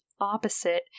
opposite